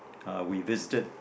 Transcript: uh we visited